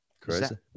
Crazy